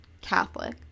Catholic